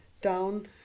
down